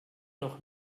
noch